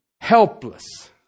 helpless